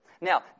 Now